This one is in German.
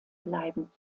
bleiben